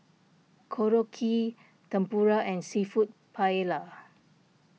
Korokke Tempura and Seafood Paella